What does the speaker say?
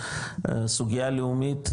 סוגייה לאומית,